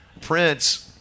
Prince